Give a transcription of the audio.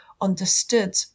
understood